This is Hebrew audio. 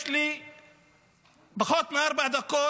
יש לי פחות מארבע דקות.